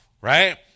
Right